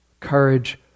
Courage